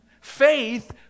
Faith